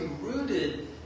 rooted